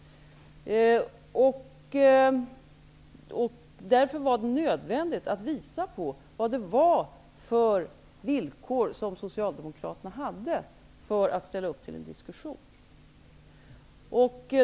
Därför var det nödvändigt att visa på vad det var för villkor som Socialdemokraterna hade för att ställa upp till en diskussion.